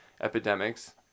epidemics